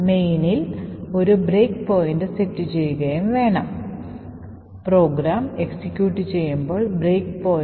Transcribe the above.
ഉദാഹരണത്തിന് നിങ്ങൾക്ക് ഒരു പ്രത്യേക സെഗ്മെന്റിലേക്ക് എഴുതാൻ കഴിയുമെങ്കിൽ അതിനർത്ഥം ആ സെഗ്മെന്റിൽ നിന്ന് നിങ്ങൾക്ക് എക്സിക്യൂട്ട് ചെയ്യാൻ കഴിയില്ല എന്നാണ്